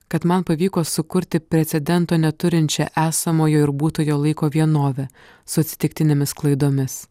kad man pavyko sukurti precedento neturinčią esamojo ir būtojo laiko vienovę su atsitiktinėmis klaidomis